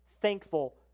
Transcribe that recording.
thankful